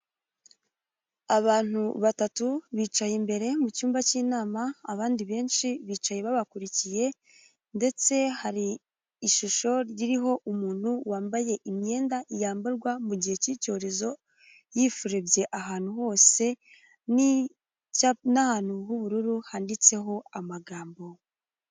Abantu batatu bicaye imbere mu cyumba cy'inama, abandi benshi bicaye babakurikiye, ndetse hari ishusho ririho umuntu wambaye imyenda yambarwa mu gihe cy'icyorezo, yifurebye ahantu hose, ni ahantu h'ubururu handitseho amagambo.